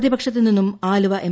പ്രതിപക്ഷത്തു നിന്നും ആലുവ എം